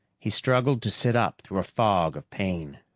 he struggled to sit up through a fog of pain.